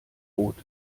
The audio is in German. rot